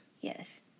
Yes